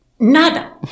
Nada